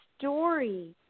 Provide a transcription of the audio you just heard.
story